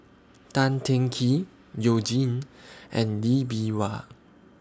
Tan Teng Kee YOU Jin and Lee Bee Wah